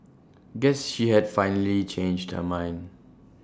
guess she had finally changed her mind